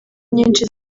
nyinshi